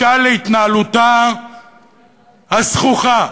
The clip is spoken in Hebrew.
משל להתנהלותה הזחוחה,